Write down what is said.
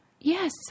Yes